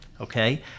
Okay